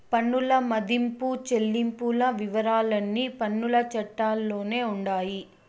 పన్నుల మదింపు చెల్లింపుల వివరాలన్నీ పన్నుల చట్టాల్లోనే ఉండాయి